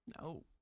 No